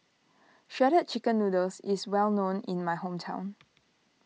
Shredded Chicken Noodles is well known in my hometown